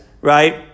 right